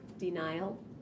denial